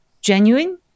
genuine